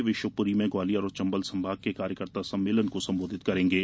वे शिवपुरी में ग्वालियर और चंबल संभाग के कार्यकर्ता सम्मेलन को संबोधित करेंगे